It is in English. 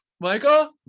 Michael